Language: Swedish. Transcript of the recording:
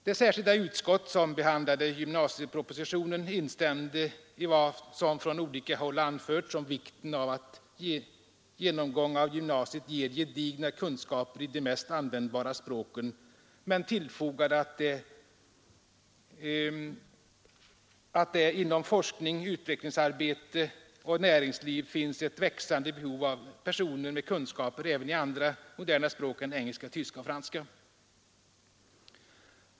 Det särskilda utskott som behandlade gymnasiepropositionen instämde i ”vad som från olika håll anförts om vikten av att genomgång av gymnasiet ger gedigna kunskaper i de mest användbara språken”, men tillfogade att det inom forskning, utvecklingsarbete och näringsliv finns ”ett växande behov av personer med kunskaper även i andra moderna språk än engelska, tyska och franska”.